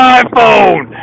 iPhone